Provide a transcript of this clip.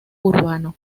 urbano